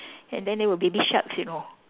and then there were baby sharks you know